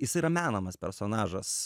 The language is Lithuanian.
jis yra menamas personažas